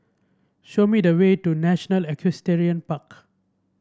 show me the way to National Equestrian Park